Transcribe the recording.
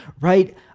right